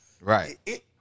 Right